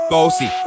Bossy